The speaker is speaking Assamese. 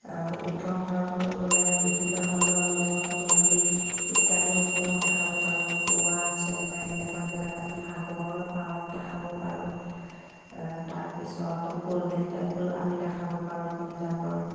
আ উত্তৰ ভাৰতলৈ গ'লে বিভিন্ন ধৰণৰ মঠ মন্দিৰ ইত্যাদি সমূহক দেখাব পাৰোঁ গোৱা চেন্নাই এনেকুৱা জেগাত আমি সাগৰৰ পাৰক দেখাব পাৰোঁ আ তাৰপিছত গল্ডেন টেম্পল আমি দেখাব পাৰোঁ পঞ্জাৱৰ